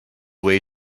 way